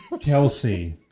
Kelsey